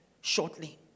shortly